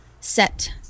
set